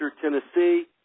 Tennessee